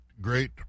great